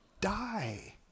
die